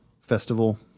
festival